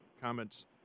comments